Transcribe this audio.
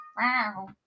wow